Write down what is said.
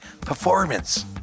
performance